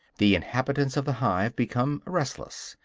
the inhabitants of the hive become restless,